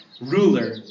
ruler